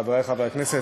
חברי חברי הכנסת,